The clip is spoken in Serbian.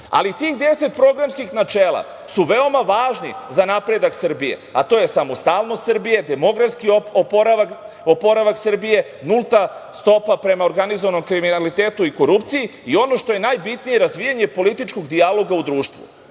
Tih 10 programskih načela su veoma važni za napredak Srbije, a to je samostalnost Srbije, demografski oporavak Srbije, nulta stupa prema organizovanom kriminalitetu i korupciji i ono što je najbitnije razvijanje političkog dijaloga u društvu.